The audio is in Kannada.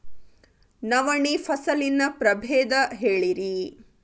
ನವಣಿ ಫಸಲಿನ ಪ್ರಭೇದ ಹೇಳಿರಿ